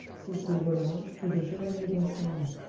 cecilia volanges to the chevalier danceny.